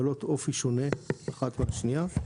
בעלות אופי שונה אחת מהשנייה,